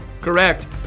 Correct